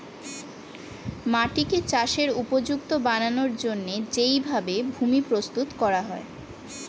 মাটিকে চাষের উপযুক্ত বানানোর জন্যে যেই ভাবে ভূমি প্রস্তুত করা হয়